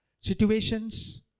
situations